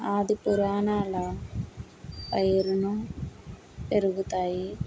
ఆది పురాణాల వైరును పెరుగుతాయి